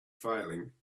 failing